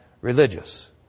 religious